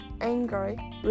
angry